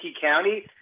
County